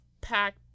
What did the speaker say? pack